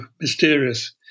mysterious